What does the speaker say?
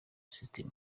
system